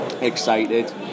excited